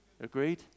Agreed